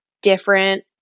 Different